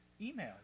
email